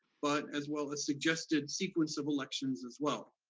but as well as suggested sequence of elections as well.